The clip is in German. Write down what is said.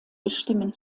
bestimmen